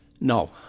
No